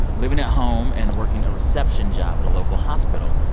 living at home and working a reception job at a local hospital,